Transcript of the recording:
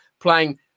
playing